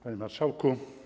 Panie Marszałku!